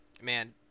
Man